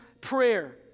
prayer